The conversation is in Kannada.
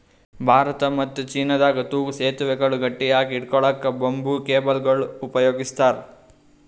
ಭಾರತ ಮತ್ತ್ ಚೀನಾದಾಗ್ ತೂಗೂ ಸೆತುವೆಗಳ್ ಗಟ್ಟಿಯಾಗ್ ಹಿಡ್ಕೊಳಕ್ಕ್ ಬಂಬೂ ಕೇಬಲ್ಗೊಳ್ ಉಪಯೋಗಸ್ತಾರ್